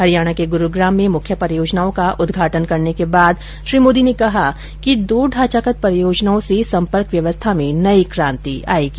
हरियाणा के ग्रुग्राम में मुख्य परियोजनाओं का उदघाटन करने के बाद श्री मोदी ने कहा कि दो ढांचागत योजनाओं से संपर्क व्यवस्था में नई क्रांति आएगी